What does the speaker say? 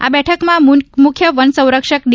આ બેઠકમા મુખ્ય વન સંરક્ષક ડી